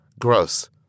gross